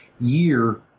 year